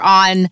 on